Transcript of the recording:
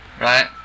right